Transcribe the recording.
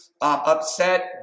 upset